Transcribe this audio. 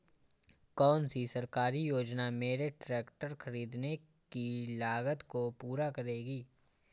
कौन सी सरकारी योजना मेरे ट्रैक्टर ख़रीदने की लागत को पूरा करेगी?